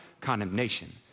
condemnation